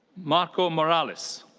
marco morales.